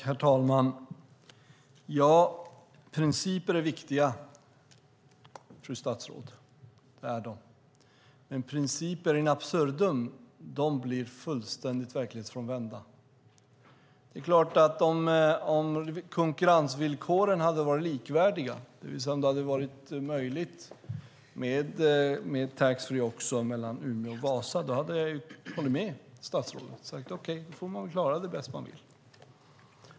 Herr talman! Ja, principer är viktiga, fru statsråd. Det är de. Principer in absurdum blir dock fullständigt verklighetsfrånvända. Det är klart att jag hade hållit med statsrådet om konkurrensvillkoren hade varit likvärdiga, det vill säga om det hade varit möjligt med taxfree också mellan Umeå och Vasa. Då hade jag sagt: Okej, då får man klara det bäst man vill.